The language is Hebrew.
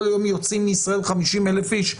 כל יום יוצאים מישראל 50 אלף אנשים.